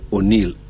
O'Neill